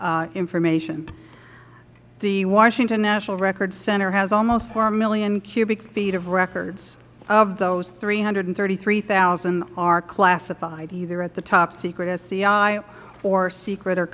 information the washington national records center has almost four million cubic feet of records of those three hundred and thirty three thousand are classified either at the top secret sci or secret or